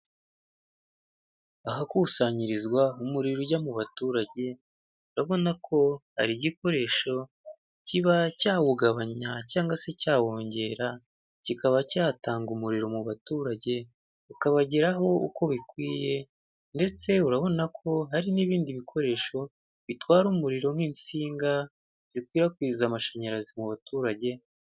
Ahakusanyirizwa umuriro ujya mu baturage, urabona ko hari igikoresho kiba cyawugabanya cyangwa se cyawongera, kikaba cyatanga umuriro mu baturage ukabageraho uko bikwiye, ndetse urabona ko hari nibindi bikoresho bitwara umuriro nk'insinga zikwirakwiza amashanyarazi mu baturage.